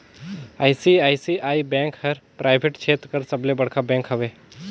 ICICI bank हर private छेत्र कर सबले बड़खा बेंक हवे